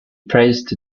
praised